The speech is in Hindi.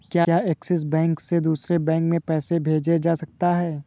क्या ऐक्सिस बैंक से दूसरे बैंक में पैसे भेजे जा सकता हैं?